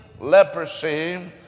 leprosy